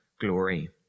glory